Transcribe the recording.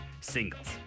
Singles